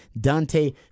Dante